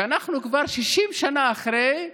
ואנחנו כבר 60 שנה אחרי,